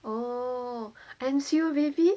oh I'm see you baby